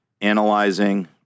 analyzing